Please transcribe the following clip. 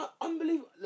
Unbelievable